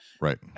Right